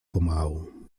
pomału